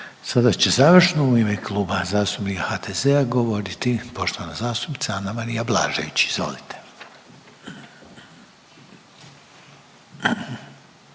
Sada će završno u ime Kluba zastupnika HDZ-a govoriti poštovani zastupnik Josip Đakić, izvolite.